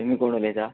तुमी कोण उलयता